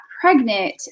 pregnant